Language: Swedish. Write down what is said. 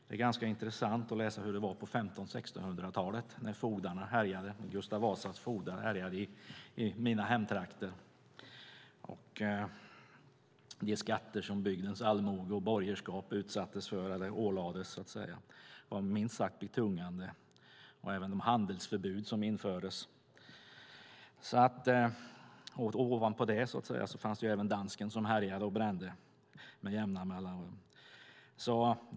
Det är ganska intressant att läsa hur det var på 1500-1600-talet, när Gustav Vasas fogdar härjade i mina hemtrakter. De skatter som bygdens allmoge och borgerskap ålades var minst sagt betungande, liksom de handelsförbud som infördes. Ovanpå det fanns dansken som härjade och brände med jämna mellanrum.